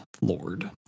Lord